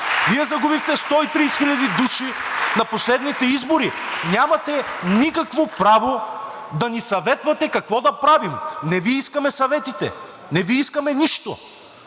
Вие загубихте 130 хиляди души на последните избори. Нямате никакво право да ни съветвате какво да правим. Не Ви искаме съветите, не Ви искаме нищо